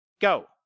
go